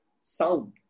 sound